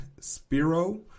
Spiro